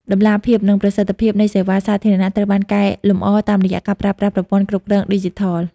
តម្លាភាព និងប្រសិទ្ធភាពនៃសេវាសាធារណៈត្រូវបានកែលម្អតាមរយៈការប្រើប្រាស់ប្រព័ន្ធគ្រប់គ្រងឌីជីថល។